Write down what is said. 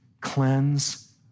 cleanse